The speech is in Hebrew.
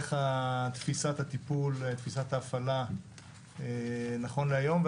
ואיך תפיסת הטיפול, תפיסת ההפעלה נכון להיום.